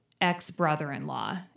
Ex-brother-in-law